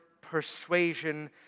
persuasion